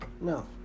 No